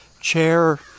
chair